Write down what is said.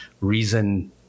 reason